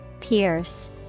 Pierce